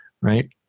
Right